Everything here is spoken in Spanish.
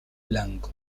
blanco